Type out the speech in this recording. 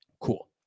Cool